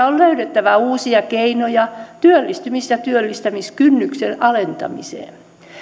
on löydettävä uusia keinoja työllistymis ja työllistämiskynnyksen alentamiseen